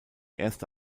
erste